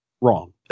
wrong